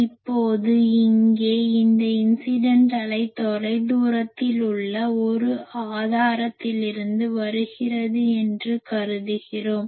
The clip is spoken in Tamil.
இப்போது இங்கே இந்த இன்சிடன்ட் அலை தொலைதூரத்தில் உள்ள ஒரு ஆதாரத்திலிருந்து வருகிறது என்று கருதுகிறோம்